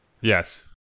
Yes